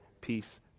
peace